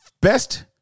best